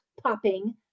popping